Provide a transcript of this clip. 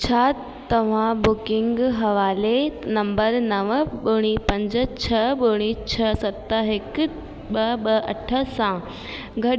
छा तव्हां बुकिंग हवाले नंबर नव ॿुड़ी पंज छह ॿुड़ी छह सत हिकु ॿ ॿ अठ सां गॾु